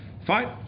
Fine